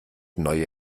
neue